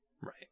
Right